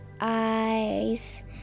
eyes